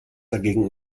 dagegen